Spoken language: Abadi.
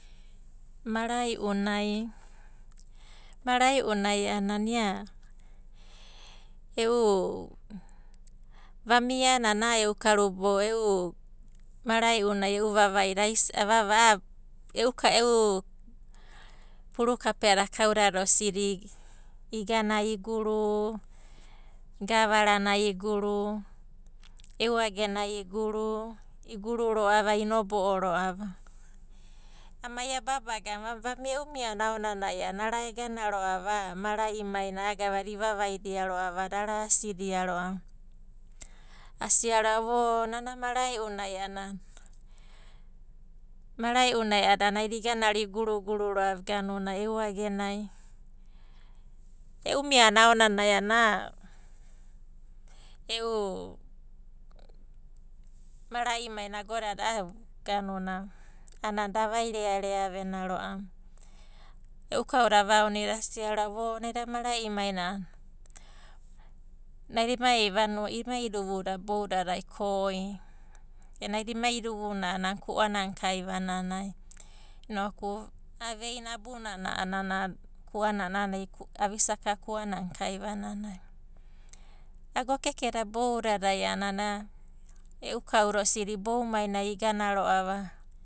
Mara'i'una a'anana ia e'u vamia a'ana a'a e'u karubou, e'u mara'i'una e'u vavaida a'a e'u puru kapeada kaudada osidi igana iguru, gavaranai iguru, e'u agenai iguru ro'ava, inobo'o ro'ava. Amai a babaga a'ana vamia, e'u miana aonanai aonanai a'ana ara egana ro'ava a'a mara'imainai a'a gavada ivavaida ro'ava, asiaro'ava o nana mara'i'unai a'ana mara'i'unai a'ana naida igana ro'ava iguruguru ro'ava eu agenai. E'u miana aonanai a'ana a'a e'u, mara'imaina agadodai a'ana da avairearea vena ro'ava. E'u kauda avaonida asia ro'ava o naida mara'imai nai a'ana, naida emai vanua, emai iduvu da boudadai koi, naida ema iduvu na a'ana ku'anana kaivananai, inoku a'a veina abunana a'ana ku'anana, ai avisaka ku'ananai. Agokekeda boudadai a'ana e'u kauda osidi boumainai igana ro'ava.